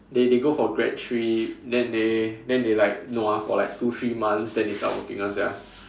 they they go for grad trip then they then they like nua for like two three months then they start working [one] sia